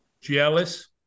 Jealous